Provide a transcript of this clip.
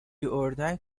اردک